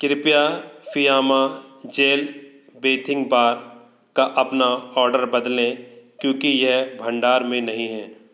कृपया Fiama gel bathing bar का अपना ऑर्डर बदलें क्योंकि यह भंडार में नहीं है